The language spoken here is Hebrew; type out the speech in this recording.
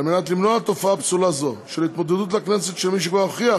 על מנת למנוע תופעה פסולה זו של התמודדות לכנסת של מי שכבר הוכיח